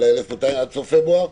עד סוף פברואר?